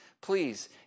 please